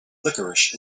licorice